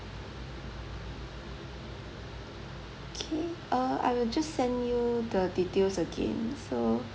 K uh I will just send you the details again so